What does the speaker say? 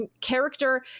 character